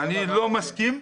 אני לא מסכים.